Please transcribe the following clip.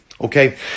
Okay